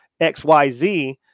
XYZ